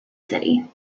city